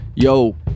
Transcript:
Yo